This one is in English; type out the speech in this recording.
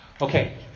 Okay